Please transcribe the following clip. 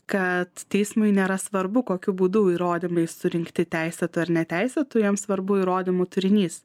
kad teismui nėra svarbu kokiu būdu įrodymai surinkti teisėtu ar neteisėtu jam svarbu įrodymų turinys